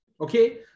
okay